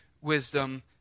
wisdom